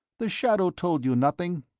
the shadow told you nothing?